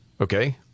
okay